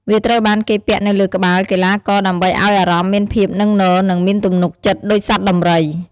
វាត្រូវបានគេពាក់នៅលើក្បាលកីឡាករដើម្បីឱ្យអារម្មណ៍មានភាពនឹងនរ និងមានទំនុកចិត្តដូចសត្វដំរី។